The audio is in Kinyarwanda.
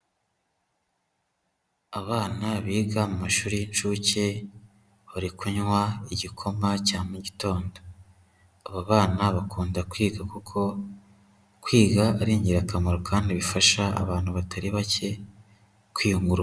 Abana biga mu mashuri y'incuke, bari kunywa igikoma cya mu gitondo, aba bana bakunda kwiga kuko kwiga ari ingirakamaro kandi bifasha abantu batari bake kwiyukurura.